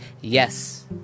Yes